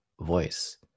voice